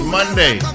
Monday